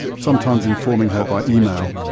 sometimes informing her by email.